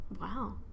Wow